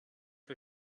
her